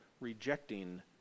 rejecting